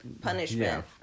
punishment